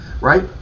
right